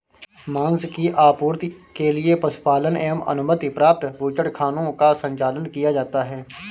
माँस की आपूर्ति के लिए पशुपालन एवं अनुमति प्राप्त बूचड़खानों का संचालन किया जाता है